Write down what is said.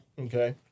Okay